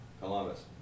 Columbus